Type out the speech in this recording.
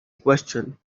question